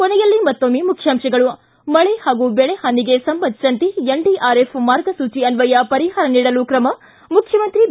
ಕೊನೆಯಲ್ಲಿ ಮತ್ತೊಮ್ನೆ ಮುಖ್ಯಾಂತಗಳು ಿ ಮಳೆ ಹಾಗೂ ಬೆಳೆಹಾನಿಗೆ ಸಂಬಂಧಿಸಿದಂತೆ ಎನ್ಡಿಆರ್ಎಫ್ ಮಾರ್ಗಸೂಚಿ ಅನ್ವಯ ಪರಿಹಾರ ನೀಡಲು ಕ್ರಮ ಮುಖ್ಚಮಂತ್ರಿ ಬಿ